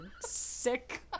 sick